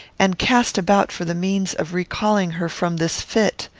and cast about for the means of recalling her from this fit.